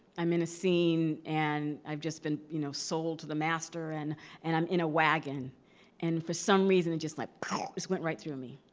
i'm in a scene and i've just been you know sold to the master and and i'm in a wagon and for some reason it just like went right through me.